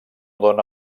dóna